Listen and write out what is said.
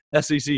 SEC